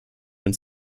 been